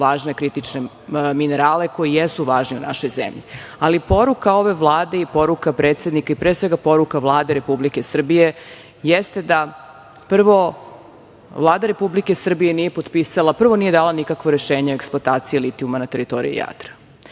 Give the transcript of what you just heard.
važne kritične minerale koji jesu važni u našoj zemlji, ali poruka ove Vlade i poruka predsednika, i pre svega poruka Vlade Republike Srbije jeste da Vlada Republike Srbije prvo nije dala nikakvo rešenje o eksploataciji litijuma na teritoriji